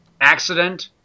accident